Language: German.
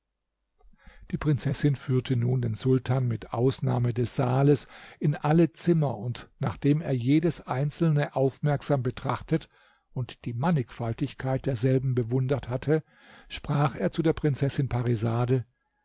die prinzessin führte nun den sultan mit ausnahme des saales in alle zimmer und nachdem er jedes einzelne aufmerksam betrachtet und die mannigfaltigkeit derselben bewundert hatte sprach er zu der prinzessin